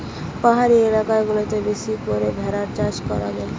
পাহাড়ি এলাকা গুলাতে বেশি করে ভেড়ার চাষ করা হয়